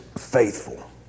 Faithful